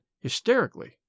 hysterically